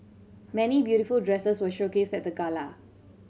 many beautiful dresses were showcased at the gala